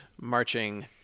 marching